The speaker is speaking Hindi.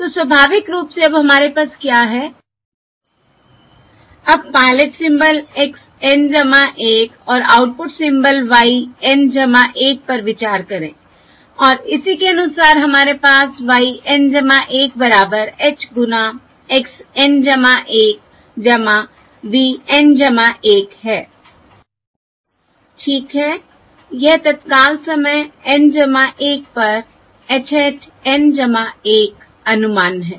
तो स्वाभाविक रूप से अब हमारे पास क्या है अब पायलट सिंबल x N 1 और आउटपुट सिंबल y N 1 पर विचार करें और इसी के अनुसार हमारे पास y N 1 बराबर h गुना x N 1 v N 1 है ठीक है यह तत्काल समय N 1 पर h hat N 1अनुमान है